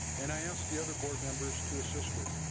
and i ask the other board members to assist her.